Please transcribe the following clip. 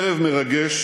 ערב מרגש